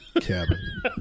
cabin